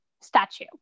statue